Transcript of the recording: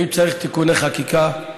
ואם צריך תיקוני חקיקה,